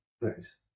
Nice